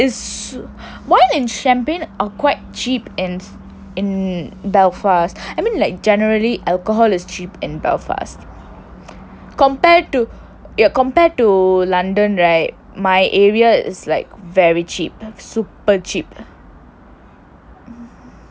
why is why in champagne are quite cheap and in belfast and in like generally alcohol is cheap in belfast compared to ya compared to london right my area is like very cheap super cheap